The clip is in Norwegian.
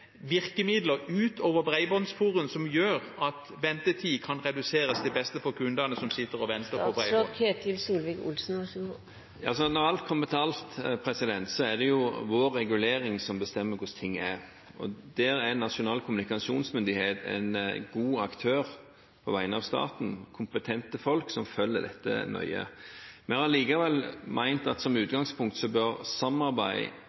virkemidler – utover Bredbåndsforum – som gjør at ventetid kan reduseres, til beste for kundene som sitter og venter på bredbånd? Når alt kommer til alt, er det vår regulering som bestemmer hvordan ting er. Der er Nasjonal kommunikasjonsmyndighet en god aktør på vegne av staten. De er kompetente folk som følger dette nøye. Vi har likevel ment at som